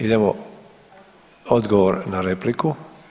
Idemo odgovor na repliku.